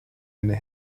and